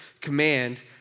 command